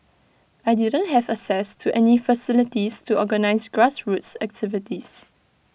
I didn't have access to any facilities to organise grassroots activities